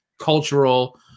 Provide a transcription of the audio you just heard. cultural